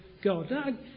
God